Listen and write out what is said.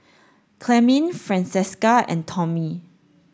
Clemmie Francesca and Tommie